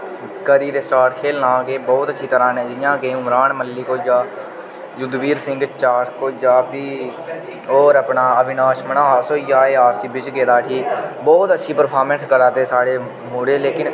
करी दे स्टार्ट खेलना के बोह्त अच्छी तरह नै जि'यां के उमरान मलिक होई गेआ युद्धवीर सिंह चारक होई गेआ फ्ही होर अपना अविनाश मन्हास होई गेआ एह् आरसीबी च गेदा उठी बोह्त अच्छी परफारमेंस करा दे साढ़े मुड़े लेकिन